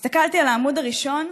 הסתכלתי על העמוד הראשון,